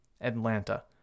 Atlanta